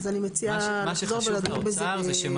אז אני מציעה לחזור ולדון בזה בדיון הבא.